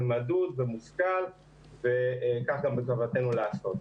מדוד ומושכל וכך בכוונתנו לעשות.